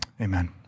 amen